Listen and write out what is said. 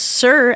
sir